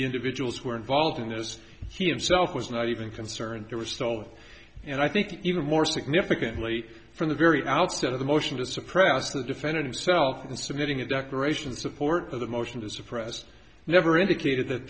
individuals who were involved in this he himself was not even concerned there was told and i think even more significantly from the very outset of the motion to suppress the defendant himself in submitting a declaration support for the motion to suppress never indicated that